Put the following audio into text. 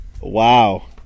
Wow